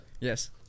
Yes